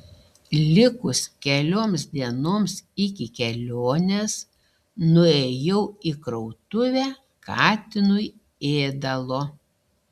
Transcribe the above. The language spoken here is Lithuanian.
likus kelioms dienoms iki kelionės nuėjau į krautuvę katinui ėdalo